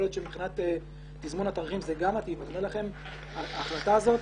יכול להיות שמבחינת תזמון התאריכים זה גם מתאים אבל ההחלטה הזאת